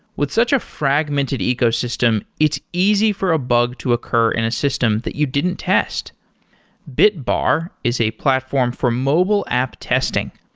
with such a fragmented ecosystem, it's easy for a bug to occur in a system that you didn't test bitbar is a platform for mobile app testing.